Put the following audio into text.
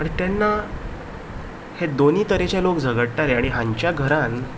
तेन्ना हे दोनी तरेचे लोक झगडटाले आनी ह्या घरान